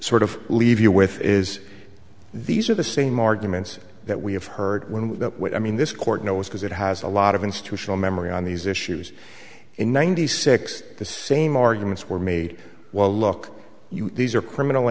sort of leave you with is these are the same arguments that we have heard what i mean this court knows because it has a lot of institutional memory on these issues in ninety six the same arguments were made well look you know these are criminal